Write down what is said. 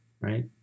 right